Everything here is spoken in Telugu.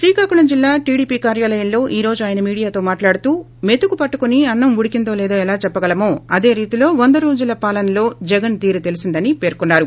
శ్రీకాకుళం జిల్లా టిడిపి కార్యాలయంలో ఈ రోజు ఆయన మీడియొ తో మాట్లాడుతూ మెతుకు పట్టుకుని అన్నం ఉడికిందో లేదో ఎలా చెప్పగలమో అదే రీతిలో వంద రోజుల పాలనలో జగన్ తీరు తెలిసిందని పెర్కున్నారు